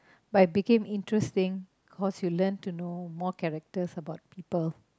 but it became interesting cause you learn to know more characters about people